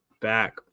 back